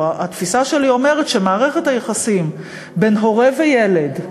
התפיסה שלי אומרת שמערכת היחסים בין הורה וילד,